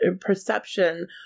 perception